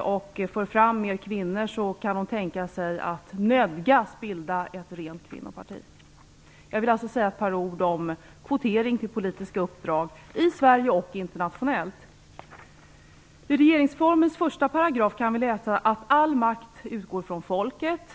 och får fram fler kvinnor kan de tänka sig att nödgas bilda ett rent kvinnoparti. Jag vill säga några ord om kvotering till politiska uppdrag i Sverige och internationellt. I regeringsformens första paragraf kan vi läsa att all makt utgår från folket.